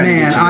Man